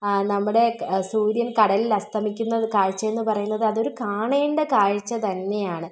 നമ്മുടെ സൂര്യൻ കടലിലസ്തമിക്കുന്ന കാഴ്ച എന്ന് പറയുന്നത് അതൊരു കാണേണ്ട കാഴ്ച തന്നെയാണ്